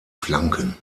flanken